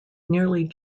nearly